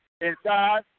Inside